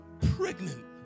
pregnant